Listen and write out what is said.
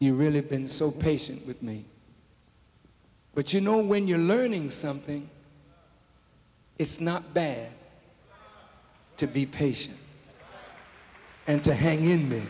you really been so patient with me but you know when you're learning something it's not bad to be patient and to hang in there